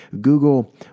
Google